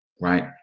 Right